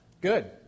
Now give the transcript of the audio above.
Good